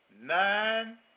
nine